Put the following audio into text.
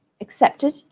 accepted